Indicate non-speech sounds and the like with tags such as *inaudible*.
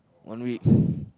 one week *breath*